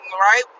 right